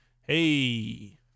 Hey